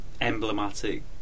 emblematic